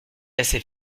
assez